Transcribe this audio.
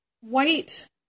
white